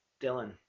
Dylan